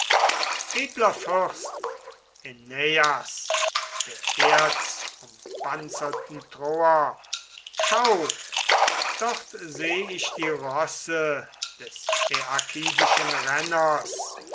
edler fürst äneias der erzumpanzerten troer schau dort seh ich die rosse des äakidischen renners